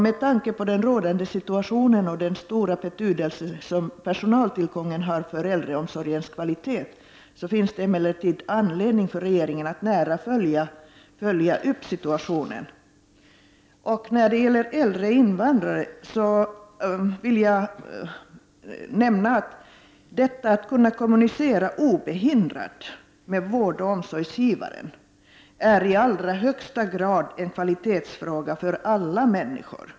Med tanke på den rådande situationen och den stora betydelse som personaltillgången har för äldreomsorgens kvalitet finns det emellertid anledning för regeringen att nära följa situationen. Möjligheten att kommunicera obehindrat med vårdoch omsorgsgivaren är i allra högsta grad en kvalitetsfråga för alla människor.